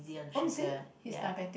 oh you see he's diabetic